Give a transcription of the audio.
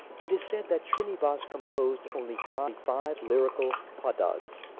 it is said that shrinivas composed only five five lyrical padas.